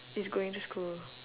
is going to school